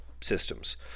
systems